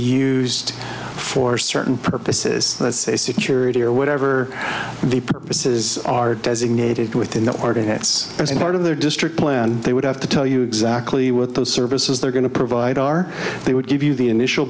used for certain purposes say security or whatever the purposes are designated within the artists as part of their district plan they would have to tell you exactly what the services they're going to provide are they would give you the initial